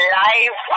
life